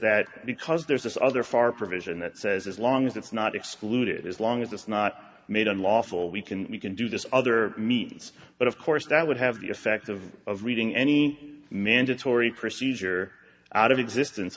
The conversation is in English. that because there's this other far provision that says as long as it's not excluded as long as it's not made unlawful we can we can do this other meets but of course that would have the effect of of reading any mandatory procedure out of existence